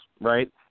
right